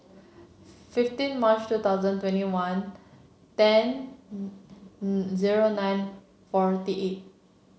fifteen March two thousand twenty one ten zero nine forty eight